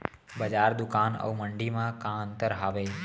बजार, दुकान अऊ मंडी मा का अंतर हावे?